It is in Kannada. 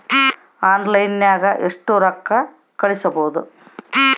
ಆನ್ಲೈನ್ನಾಗ ಎಷ್ಟು ರೊಕ್ಕ ಕಳಿಸ್ಬೋದು